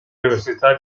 università